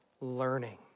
learning